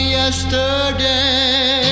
yesterday